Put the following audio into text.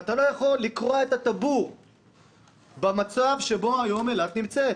אתה לא יכול לקרוע את הטבור במצב שבו היום אילת נמצאת.